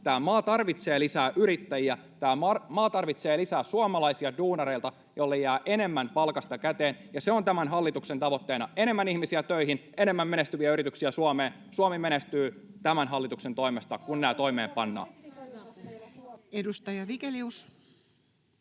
tämä maa tarvitsee lisää yrittäjiä, tämä maa tarvitsee lisää suomalaisia duunareita, joille jää enemmän palkasta käteen. Se on tämän hallituksen tavoitteena: enemmän ihmisiä töihin, enemmän menestyviä yrityksiä Suomeen. Suomi menestyy tämän hallituksen toimesta, [Krista Kiurun välihuuto] kun